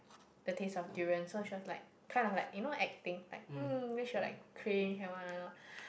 the taste of durian so she was like kind of like you know acting like hmm then she was like cringe and what not not